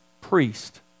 priest